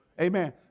Amen